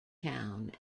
town